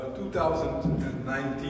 2019